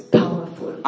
powerful